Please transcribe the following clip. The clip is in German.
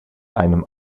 einem